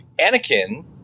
Anakin